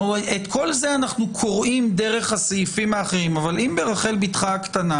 את כל זה אנחנו קוראים דרך הסעיפים האחרים אבל אם ברחל בתך הקטנה